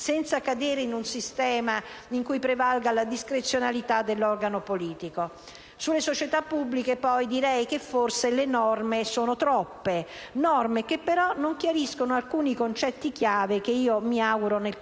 senza cadere in un sistema in cui prevalga la discrezionalità dell'organo politico? Sulle società pubbliche, poi, direi che forse le norme sono troppe; norme che, però, non chiariscono alcuni concetti chiave, che mi auguro, nel corso